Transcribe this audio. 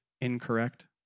incorrect